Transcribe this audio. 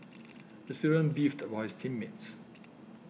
the student beefed about his team mates